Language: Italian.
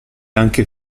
anche